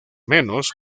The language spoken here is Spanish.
menos